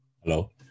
Hello